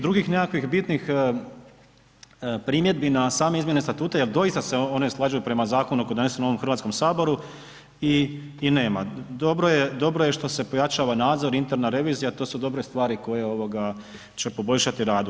Drugih nekakvih bitnih primjedbi na same izmjene Statuta jel doista se one slažu prema zakonu donesenom u ovom HS i nema, dobro je što se pojačava nadzor, interna revizija, to su dobre stvari koje će poboljšati radu.